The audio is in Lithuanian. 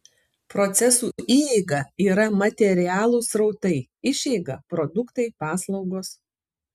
procesų įeiga yra materialūs srautai išeiga produktai paslaugos